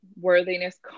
Worthiness